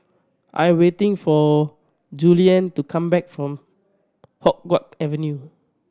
I am waiting for Julianne to come back from Hua Guan Avenue